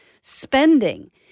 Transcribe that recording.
spending